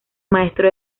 maestro